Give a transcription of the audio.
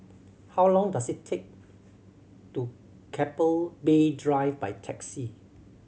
how long does it take to Keppel Bay Drive by taxi